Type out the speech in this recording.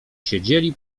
siedzieli